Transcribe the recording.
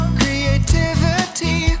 creativity